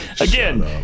Again